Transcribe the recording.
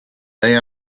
they